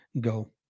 go